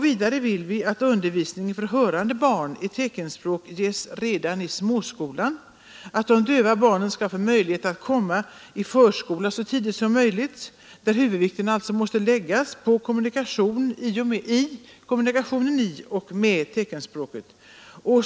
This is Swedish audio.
Vidare vill vi att undervisning för hörande barn i teckenspråket ges redan i småskolan och att de döva barnen skall få tillfälle att så tidigt som möjligt komma i förskola, där huvudvikten måste läggas på kommunikationen i och med teckenspråket.